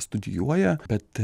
studijuoja bet